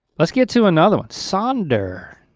let's get to another one, sonder.